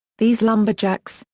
these lumberjacks,